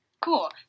Cool